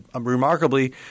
remarkably